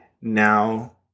now